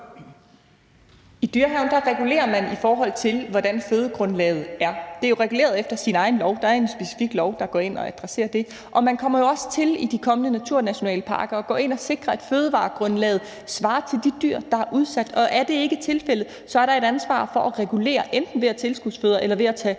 I Dyrehaven regulerer man, i forhold til hvordan fødegrundlaget er. Det er jo reguleret efter sin egen lov. Der er en specifik lov, der går ind og adresserer det, og man kommer jo også til i de kommende naturnationalparker at gå ind at sikre, at fødevaregrundlaget svarer til de dyr, der er udsat, og er det ikke tilfældet, er der et ansvar for at regulere, enten ved at tilskudsfodre eller ved at tage